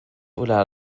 oder